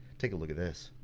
take a look at this.